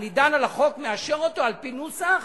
אני דן על החוק, מאשר אותו על-פי נוסח